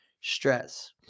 stress